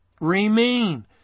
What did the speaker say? remain